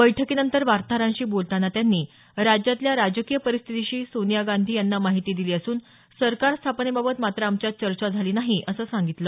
बैठकीनंत वार्ताहरांशी बोलताना त्यांनी राज्यातल्या राजकीय परिस्थितीची सोनिया गांधी यांना माहिती दिली असून सरकार स्थापनेबाबत मात्र आमच्यात चर्चा झाली नाही असं सांगितलं